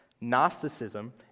Gnosticism